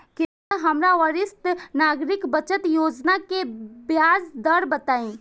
कृपया हमरा वरिष्ठ नागरिक बचत योजना के ब्याज दर बताई